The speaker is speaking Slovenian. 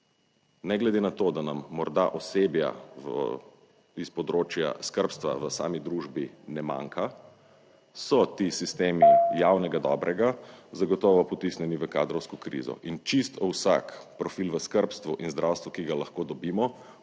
ne glede na to, da nam morda osebja iz področja skrbstva v sami družbi ne manjka, so ti sistemi javnega dobrega zagotovo potisnjeni v kadrovsko krizo. In čisto vsak profil v skrbstvu in zdravstvu, ki ga lahko dobimo,